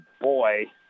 boy